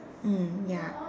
mm ya